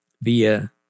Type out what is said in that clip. via